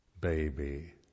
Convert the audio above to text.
baby